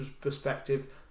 perspective